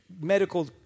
Medical